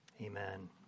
Amen